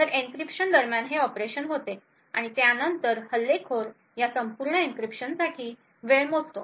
तर एन्क्रिप्शन दरम्यान हे ऑपरेशन होते आणि त्यानंतर हल्लेखोर या संपूर्ण एन्क्रिप्शनसाठी वेळ मोजतो